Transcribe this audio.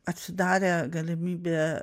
atsidarė galimybė